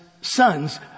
sons